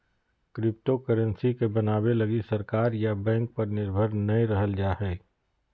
cryptocurrency के बनाबे लगी सरकार या बैंक पर निर्भर नय रहल जा हइ